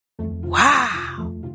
Wow